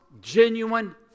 genuine